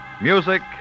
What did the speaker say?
Music